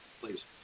please